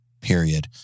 period